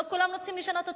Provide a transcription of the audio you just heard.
לא כולם רוצים לשנות אותו.